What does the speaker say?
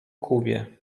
kubie